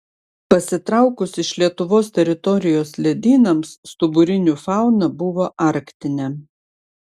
pasitraukus iš lietuvos teritorijos ledynams stuburinių fauna buvo arktinė